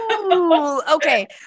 Okay